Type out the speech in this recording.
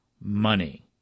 money